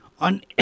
on